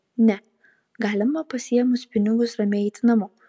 ne galima pasiėmus pinigus ramiai eiti namo